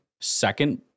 second